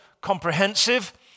comprehensive